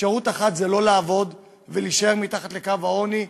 אפשרות אחת היא לא לעבוד ולהישאר מתחת לקו העוני,